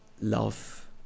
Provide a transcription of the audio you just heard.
love